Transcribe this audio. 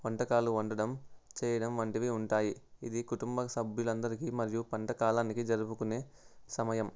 వంటకాలు వండడం చేయడం వంటివి ఉంటాయి ఇది కుటుంబ సభ్యులందరికీ మరియు పంటకాలానికి జరుపుకునే సమయం